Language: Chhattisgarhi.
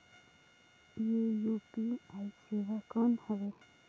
ये यू.पी.आई सेवा कौन हवे?